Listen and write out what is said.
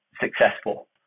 successful